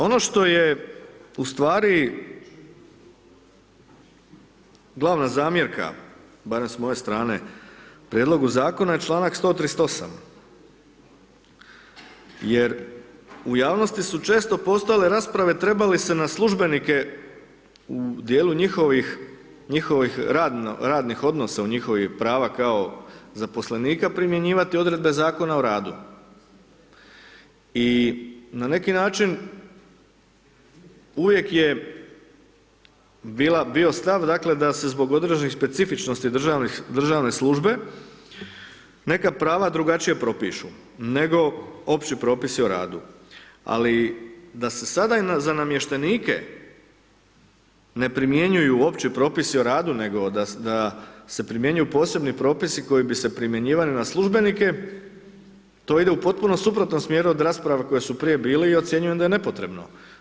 Ono što je u stvari glavna zamjerka, barem s moje strane, prijedlogu Zakona, čl. 138. jer u javnosti su često postojale rasprave treba li se na službenike u dijelu njihovih radnih odnosa u njihovih prava kao zaposlenika, primjenjivati odredbe Zakona o radu i na neki način uvijek je bio stav da se zbog određenih specifičnosti državne službe, neka prava drugačije propišu, nego Opći propisi o radu, ali da se sada i za namještenike ne primjenjuju Opći propisi o radu, nego da se primjenjuju Posebni propisi koji bi se primjenjivali na službenike, to ide u potpuno suprotnom smjeru od rasprava koje su prije bili i ocjenjujem da je nepotrebno.